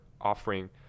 offering